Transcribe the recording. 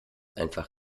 einfach